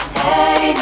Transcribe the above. hey